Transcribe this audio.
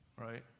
Right